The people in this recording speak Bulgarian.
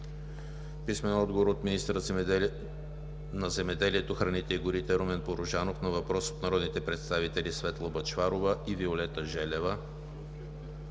Бъчварова; - министъра на земеделието, храните и горите Румен Порожанов на въпрос от народните представители Светла Бъчварова и Виолета Желева;